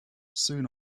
soon